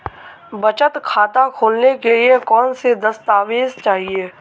बचत खाता खोलने के लिए कौनसे दस्तावेज़ चाहिए?